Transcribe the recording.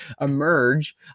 emerge